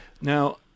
now